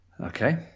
okay